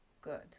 good